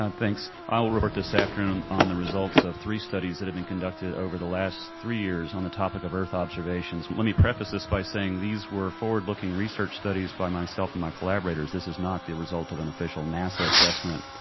thanks. i will work this afternoon on the results of three studies that have been conducted over the last three years on the topic of earth observations. let me preface this by saying these were forward-looking research studies by myself and my collaborators. this is not the result of an official nasa assessment.